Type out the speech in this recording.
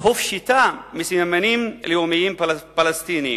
הופשטה מסממנים לאומיים פלסטיניים.